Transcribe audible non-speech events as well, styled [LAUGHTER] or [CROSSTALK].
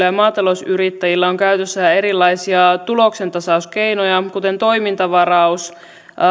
[UNINTELLIGIBLE] ja maatalousyrittäjillä on käytössään erilaisia tuloksentasauskeinoja kuten toimintavaraus